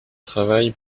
travail